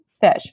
fish